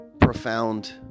profound